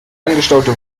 angestaute